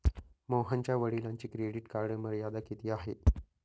मोहनच्या वडिलांची credit card मर्यादा किती आहे?